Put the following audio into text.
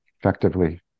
effectively